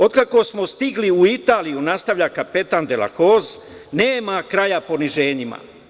Otkako smo stigli u Italiju, nastavlja kapetan de la Hoz, nema kraja poniženjima.